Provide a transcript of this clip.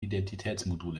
identitätsmodul